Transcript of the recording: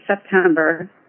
September